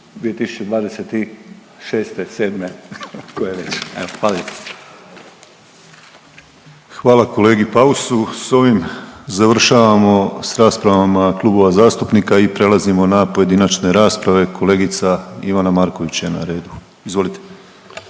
Hvala kolegi Pausu. S ovim završavamo s raspravama klubova zastupnika i prelazimo na pojedinačne rasprave. Kolegica Ivana Marković je na redu. Izvolite.